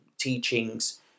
Teachings